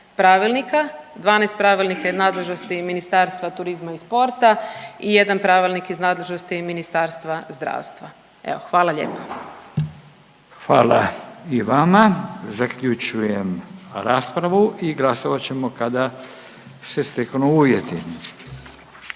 12 pravilnika iz nadležnosti Ministarstva turizma i sporta i jedan pravilnik iz nadležnosti Ministarstva zdravstva, evo hvala lijepa. **Radin, Furio (Nezavisni)** Hvala i vama. Zaključujem raspravu i glasovat ćemo kada se steknu uvjeti.